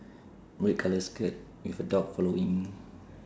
red colour skirt with a dog following